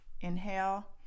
Inhale